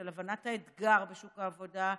של הבנת האתגר בשוק העבודה,